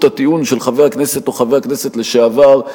הטיעון של חבר הכנסת או חבר הכנסת לשעבר,